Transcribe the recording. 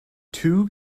two